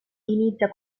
inizia